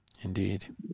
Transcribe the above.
Indeed